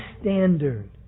standard